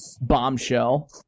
Bombshell